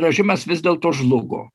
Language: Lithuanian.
režimas vis dėlto žlugo